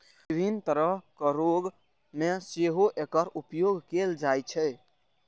विभिन्न तरहक रोग मे सेहो एकर उपयोग कैल जाइ छै